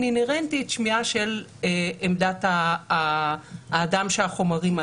אינהרנטי שמיעה של עמדת האדם שהחומרים עליו.